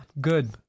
Good